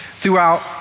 Throughout